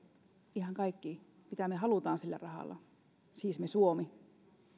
ihan kaikki mitä me haluamme sillä rahalla siis me suomi